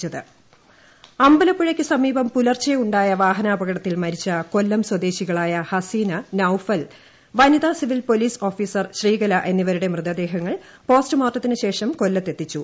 ട്ടടടടടടടടടടടട വാഹനാപകടം അമ്പലപ്പുഴക്ക് സമീപം പുലർച്ചെ ഉണ്ടായ വാഹനാപകടത്തിൽ മരിച്ച കൊല്ലം സ്വദേശികളായ ഹസീന നൌഫൽ വനിതാ സിവിൽ പോലീസ് ഓഫീസർ ശ്രീകല എന്നിവരുടെ മൃതദേഹങ്ങൾ പോസ്റ്റ്മോർട്ടത്തിനുശേഷം കൊല്ലത്തെത്തിച്ചു